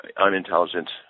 unintelligent